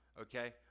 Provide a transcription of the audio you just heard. okay